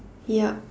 yup